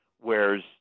whereas